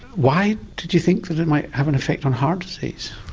why did you think that it might have an effect on heart disease?